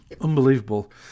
Unbelievable